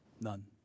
none